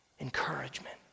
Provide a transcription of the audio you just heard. encouragement